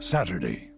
Saturday